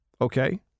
Okay